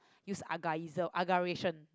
use aga~ agaration